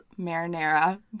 Marinara